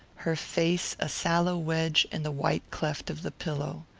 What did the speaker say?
her face a sallow wedge in the white cleft of the pillow.